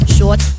Short